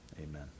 Amen